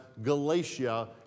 Galatia